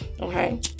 okay